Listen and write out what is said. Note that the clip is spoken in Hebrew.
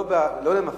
לא כלפי מפגינים,